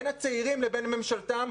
הצעירים לבין ממשלתם,